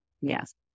Yes